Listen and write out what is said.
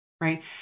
right